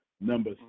Number